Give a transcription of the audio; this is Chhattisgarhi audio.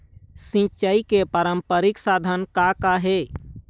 सिचाई के पारंपरिक साधन का का हे?